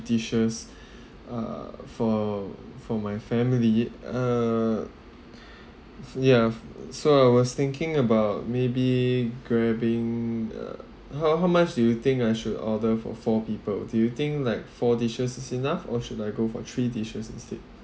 dishes uh for for my family uh ya so I was thinking about maybe grabbing uh how how much do you think I should order for four people do you think like four dishes is enough or should I go for three dishes instead